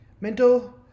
mental